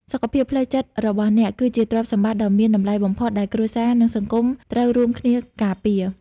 សុខភាពផ្លូវចិត្តរបស់អ្នក គឺជាទ្រព្យសម្បត្តិដ៏មានតម្លៃបំផុតដែលគ្រួសារ និងសង្គមត្រូវរួមគ្នាការពារ។